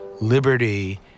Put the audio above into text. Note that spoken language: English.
liberty